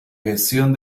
gestión